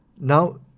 Now